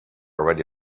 already